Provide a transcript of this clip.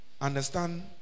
understand